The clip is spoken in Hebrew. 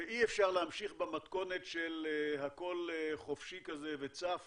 שאי אפשר להמשיך במתכונת של הכול חופשי כזה וצף